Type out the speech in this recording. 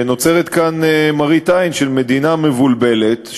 נוצרת כאן מראית עין של מדינה מבולבלת,